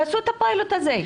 תעשו את הפיילוט הזה.